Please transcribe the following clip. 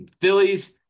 Phillies